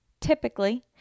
typically